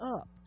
up